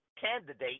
candidate